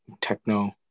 techno